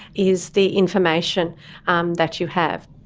is the information um that you have.